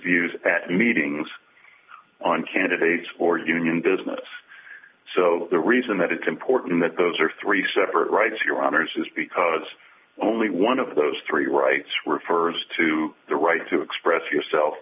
views at meetings on candidates or union business so the reason that it's important that those are three separate rights your honour's is because only one of those three rights refers to the right to express yourself